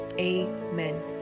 amen